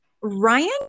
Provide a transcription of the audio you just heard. Ryan